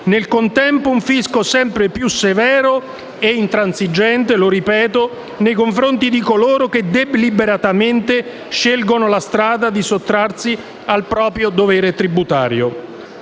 Nel contempo, avremo un fisco sempre più severo e - lo ripeto - intransigente nei confronti di coloro che deliberatamente scelgono la strada di sottrarsi al proprio dovere tributario.